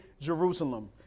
jerusalem